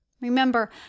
Remember